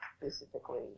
specifically